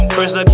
First